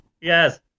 Yes